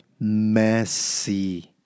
Messi